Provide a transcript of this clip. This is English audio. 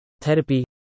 therapy